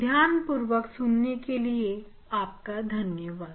ध्यान पूर्वक सुनने के लिए आपका धन्यवाद